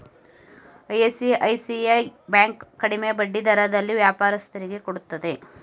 ICICI bank ಕಡಿಮೆ ಬಡ್ಡಿ ದರದಲ್ಲಿ ವ್ಯಾಪಾರಸ್ಥರಿಗೆ ಕೊಡುತ್ತದೆ